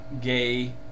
gay